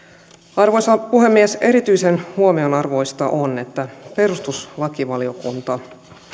arvoisa puhemies erityisen huomionarvoista on että perustuslakivaliokunta